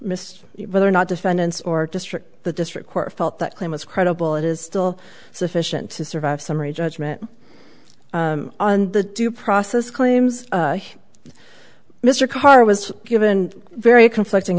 mr whether or not defendants or district the district court felt that claim was credible it is still sufficient to survive summary judgment on the due process claims mr karr was given very conflicting